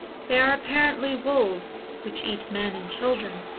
they are apparently wolves which eat men and children,